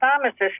pharmacist